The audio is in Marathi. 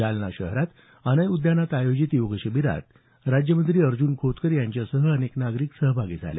जालना शहरात अनय उद्यानात आयोजित योग शिबीरात राज्यमंत्री अर्ज्न खोतकर यांच्यासह अनेक नागरिक सहभागी झाले